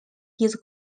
his